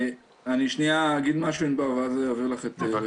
אני אומר משהו ואז אתן לענבר שתוסיף.